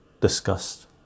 discussed